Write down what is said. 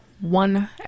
one